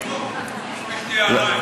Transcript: יש לי הערה.